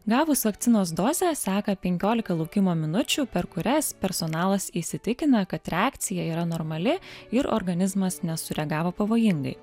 gavus vakcinos dozę seka penkiolika laukimo minučių per kurias personalas įsitikina kad reakcija yra normali ir organizmas nesureagavo pavojingai